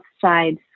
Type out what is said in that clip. sides